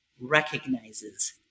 recognizes